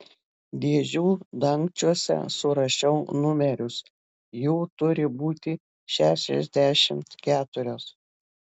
dėžių dangčiuose surašiau numerius jų turi būti šešiasdešimt keturios